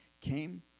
came